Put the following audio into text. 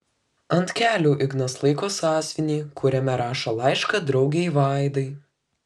ant kelių ignas laiko sąsiuvinį kuriame rašo laišką draugei vaidai